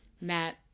Matt